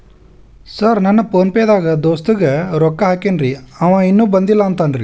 Sir PhonePe ದಾಗ ದೋಸ್ತ್ ಗೆ ರೊಕ್ಕಾ ಹಾಕೇನ್ರಿ ಅಂವ ಇನ್ನು ಬಂದಿಲ್ಲಾ ಅಂತಾನ್ರೇ?